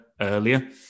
earlier